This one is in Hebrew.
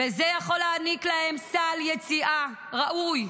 וזה יכול להעניק להן סל יציאה ראוי.